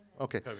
Okay